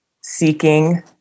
seeking